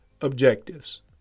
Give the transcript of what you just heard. objectives